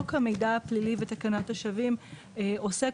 חוק המידע הפלילי ותקנת השבים עוסק